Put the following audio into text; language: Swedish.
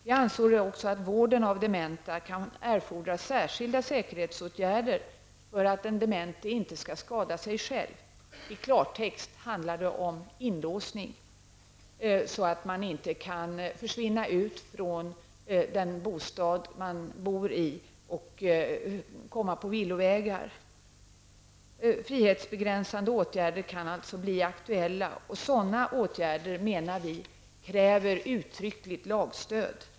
Vi anser också att vården av dementa kan erfordra särskilda säkerhetsåtgärder för att den demente inte skall skada sig själv. I klartext handlar det om inlåsning, så att man inte kan försvinna ut från den bostad man bor i och komma på villovägar. Frihetsbegränsande åtgärder kan alltså bli aktuella, och sådana åtgärder kräver, menar vi, uttryckligt lagstöd.